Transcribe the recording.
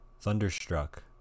Thunderstruck